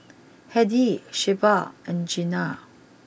Hedy Shelba and Jeana